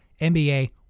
NBA